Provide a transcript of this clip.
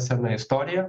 sena istorija